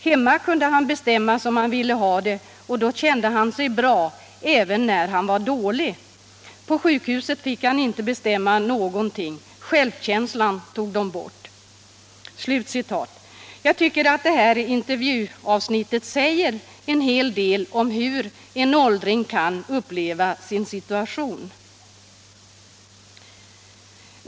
Hemma kunde han bestämma som han ville ha det och då kände han sig bra även när han var dålig. På sjukhuset fick han inte bestämma någonting, självkänslan tog de bort.” Jag tycker att det intervjuavsnittet säger en hel del om hur en åldring kan uppleva sin situation.